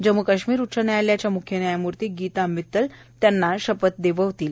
जम्मू काश्मीर उच्च व्यायालयाच्या मुख्य व्यायमूर्ती गीता मित्तल त्यांना शपथ देववितील